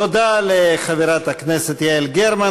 תודה לחברת הכנסת יעל גרמן.